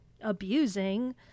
abusing